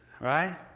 right